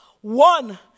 One